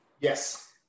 Yes